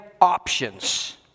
options